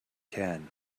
can